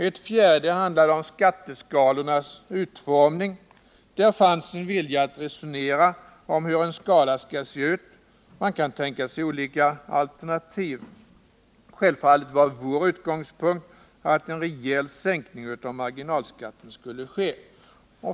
En fjärde handlade om skatteskalornas utformning. Där fanns en vilja att resonera om hur en skala skall se ut — man kan tänka sig olika alternativ. Självfallet var vår utgångspunkt att en reell sänkning av marginalskatterna skulle ske.